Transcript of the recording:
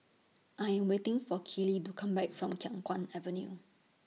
I Am waiting For Keeley to Come Back from Khiang Guan Avenue